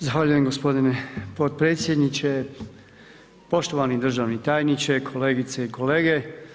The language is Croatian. Zahvaljujem gospodine potpredsjedniče, poštovani državni tajniče, kolegice i kolege.